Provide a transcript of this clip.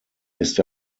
ist